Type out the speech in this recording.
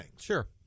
Sure